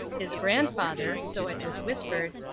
his grandfather, so it was whispered,